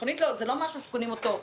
מכונית היא לא דבר שקונים לזמן קצר,